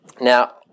Now